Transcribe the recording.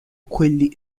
quelli